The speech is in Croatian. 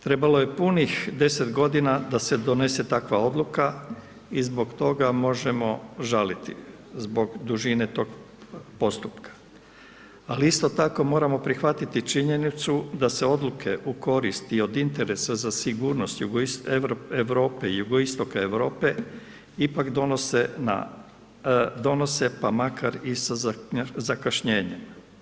Trebalo je punih 10.g. da se donese takva odluka i zbog toga možemo žaliti, zbog dužine tog postupka, ali isto tako moramo prihvatiti činjenicu da se odluke u korist i od interesa za sigurnost Europe i jugoistoka Europe ipak donose, pa makar i sa zakašnjenjem.